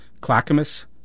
Clackamas